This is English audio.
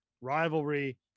rivalry